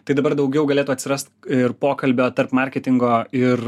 tai dabar daugiau galėtų atsiras ir pokalbio tarp marketingo ir